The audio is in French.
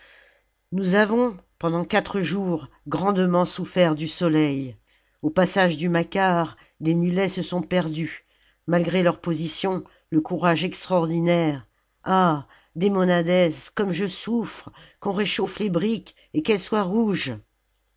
nous avons pendant quatre jours grandement souffert du soleil au passage du macar des mulets se sont perdus malgré leur position le courage extraordinaire ah demonades comme je souffre qu'on réchauffe les briques et qu'elles soient rouges